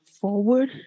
forward